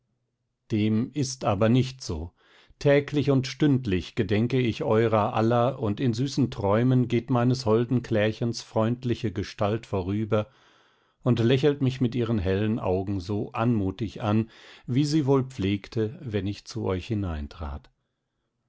dem ist aber nicht so täglich und stündlich gedenke ich eurer aller und in süßen träumen geht meines holden clärchens freundliche gestalt vorüber und lächelt mich mit ihren hellen augen so anmutig an wie sie wohl pflegte wenn ich zu euch